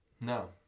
No